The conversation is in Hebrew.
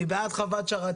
אני בעד חוות